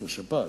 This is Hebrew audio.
זו השפעת.